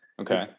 Okay